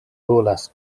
volas